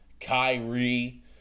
Kyrie